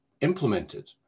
implemented